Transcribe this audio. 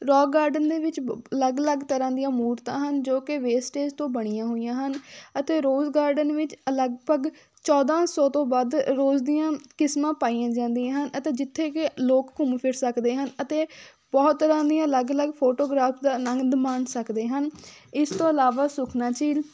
ਰੋਕ ਗਾਰਡਨ ਦੇ ਵਿੱਚ ਬ ਅਲੱਗ ਅਲੱਗ ਤਰ੍ਹਾਂ ਦੀਆਂ ਮੂਰਤਾਂ ਹਨ ਜੋ ਕਿ ਵੇਸਟੇਜ ਤੋਂ ਬਣੀਆਂ ਹੋਈਆਂ ਹਨ ਅਤੇ ਰੋਜ਼ ਗਾਰਡਨ ਵਿੱਚ ਲਗਭਗ ਚੌਦਾਂ ਸੌ ਤੋਂ ਵੱਧ ਰੋਜ਼ ਦੀਆਂ ਕਿਸਮਾਂ ਪਾਈਆਂ ਜਾਂਦੀਆਂ ਹਨ ਅਤੇ ਜਿੱਥੇ ਕਿ ਲੋਕ ਘੁੰਮ ਫਿਰ ਸਕਦੇ ਹਨ ਅਤੇ ਬਹੁਤ ਤਰ੍ਹਾਂ ਦੀਆਂ ਅਲੱਗ ਅਲੱਗ ਫੋਟੋਗ੍ਰਾਫ ਦਾ ਆਨੰਦ ਮਾਣ ਸਕਦੇ ਹਨ ਇਸ ਤੋਂ ਇਲਾਵਾ ਸੁਖਨਾ ਝੀਲ